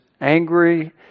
angry